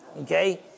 Okay